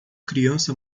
criança